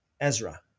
Ezra